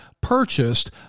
purchased